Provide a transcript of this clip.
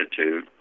attitude